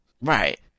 Right